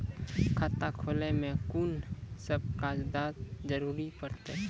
खाता खोलै मे कून सब कागजात जरूरत परतै?